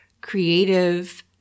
creative